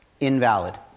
Invalid